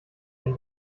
ein